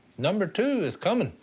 number two is coming.